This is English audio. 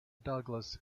douglas